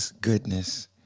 goodness